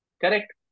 Correct